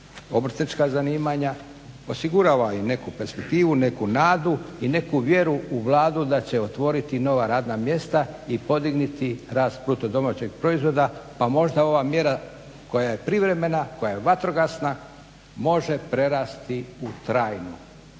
obrtnička zanimanja, osigurava im neku perspektivu, neku nadu i neku vjeru u Vladu da će otvoriti nova radna mjesta i podignuti rast BDP-a pa možda ova mjera koja je privremena, koja je vatrogasna može prerasti u trajnu.